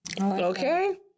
Okay